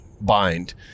bind